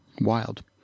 Wild